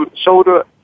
shoulder